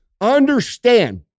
understand